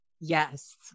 Yes